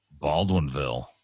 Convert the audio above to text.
Baldwinville